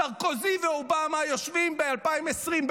סרקוזי ואובאמה יושבים ב-2018,